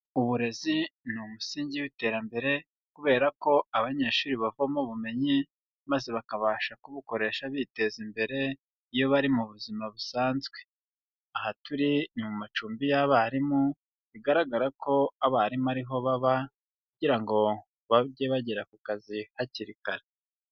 Uburezi ni umusingi w'iterambere kubera ko abanyeshuri bavomo ubumenyi maze bakabasha kubukoresha biteza imbere iyo bari mu buzima busanzwe. Aha turi ni mu macumbi y'abarimu bigaragara ko abarimu ariho baba kugira ngo bajye bagera ku kazi hakiri kare.